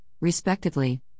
respectively